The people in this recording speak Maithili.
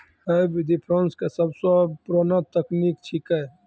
है विधि फ्रांस के सबसो पुरानो तकनीक छेकै